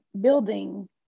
building